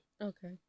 Okay